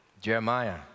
Jeremiah